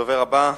הדובר הבא,